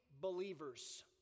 believers